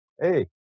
Hey